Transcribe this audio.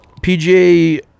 PGA